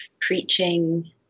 preaching